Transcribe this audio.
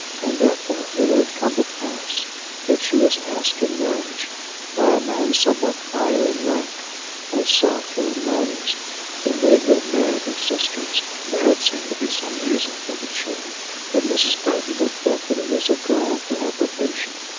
and therefore when it had come to pass that she was asked in marriage by a man somewhat higher in rank and softer in manners than they who had married her sisters, there had seemed to be some reason for the change but mrs. burton had felt that it was a ground for apprehension.